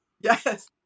Yes